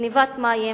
בגנבת מים.